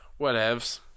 Whatevs